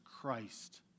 Christ